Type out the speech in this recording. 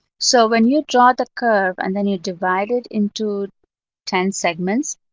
so when you draw the curve and then you divide it into ten segments,